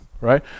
right